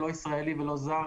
לא ישראלי ולא זר,